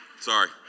Sorry